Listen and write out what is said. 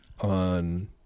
on